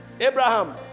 Abraham